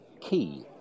key